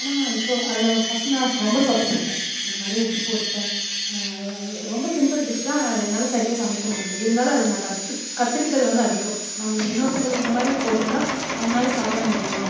ஆனால் நான் இப்போ அதில் ஃபஸ்ட் நான் ரொம்ப சொதப்பிவிட்டேன் நிறைய உப்பு போட்டேன் அது அது ரொம்ப சிம்பிள் டிஷ் தான் ஆனால் அது என்னால் சரியாக சமைக்க முடியல இருந்தாலும் அதில் நான் கற்றுக் கற்றுக்கிட்டது வந்து அதிகம் நம்ம இன்னொருத்தங்களுக்கு இந்த மாதிரி போட்டிருந்தா அவங்கனால் சாப்பிட முடியுமா